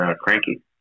cranky